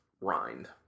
rind